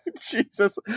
Jesus